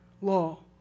law